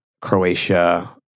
Croatia